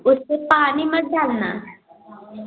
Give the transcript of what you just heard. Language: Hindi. उसमें पानी मत डालना